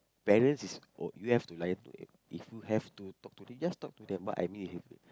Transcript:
parents is oh you have to lie to them if you have to talk to them just talk to them but I mean if